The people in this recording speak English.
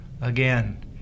again